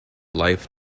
life